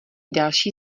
další